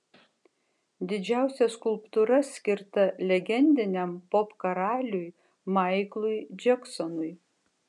didžiausia skulptūra skirta legendiniam popkaraliui maiklui džeksonui